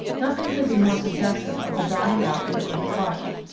nothing could be more suggestive of the dying out of a great fire.